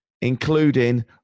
including